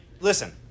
listen